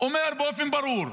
אומר באופן ברור: